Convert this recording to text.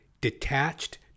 detached